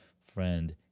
friend